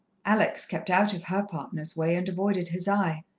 alex kept out of her partner's way, and avoided his eye.